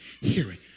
hearing